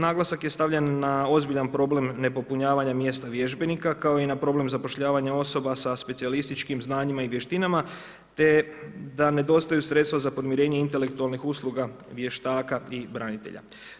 Naglasak je stavljen na ozbiljan problem nepopunjavanja mjesta vježbenika, kao i na problem zapošljavanja osoba sa specijalističkim znanjima i vještinama te da nedostaju sredstva za podmirenje intelektualnih usluga vještaka i branitelja.